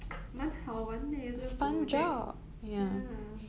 蛮好玩 eh 这个 project ya